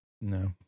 No